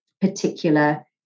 particular